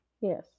yes